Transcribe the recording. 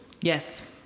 Yes